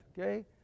Okay